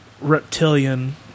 reptilian